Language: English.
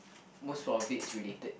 most of it is related